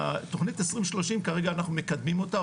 תכנית 2030 כרגע אנחנו מקדמים אותה.